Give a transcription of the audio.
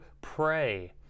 pray